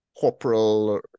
Corporal